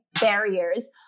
barriers